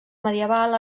medieval